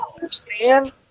understand